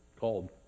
Called